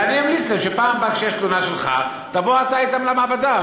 אבל אני אמליץ להם שבפעם הבאה שיש תלונה שלך תבוא אתה אתם למעבדה.